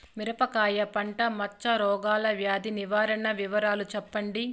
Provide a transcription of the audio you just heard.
మిరపకాయ పంట మచ్చ రోగాల వ్యాధి నివారణ వివరాలు చెప్పండి?